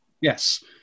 Yes